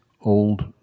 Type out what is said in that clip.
old